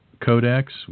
Codex